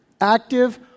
Active